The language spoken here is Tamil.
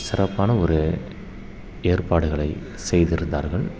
சிறப்பான ஒரு ஏற்பாடுகளை செய்திருந்தார்கள்